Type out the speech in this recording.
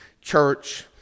church